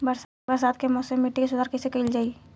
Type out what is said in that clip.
बरसात के मौसम में मिट्टी के सुधार कइसे कइल जाई?